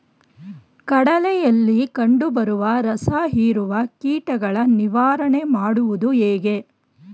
ಕಡಲೆಯಲ್ಲಿ ಕಂಡುಬರುವ ರಸಹೀರುವ ಕೀಟಗಳ ನಿವಾರಣೆ ಮಾಡುವುದು ಹೇಗೆ?